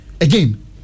again